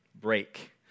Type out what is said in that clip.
break